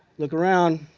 look around.